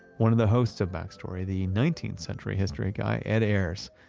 one of the hosts of back story, the nineteenth century history guy, ed ayers,